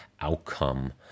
outcome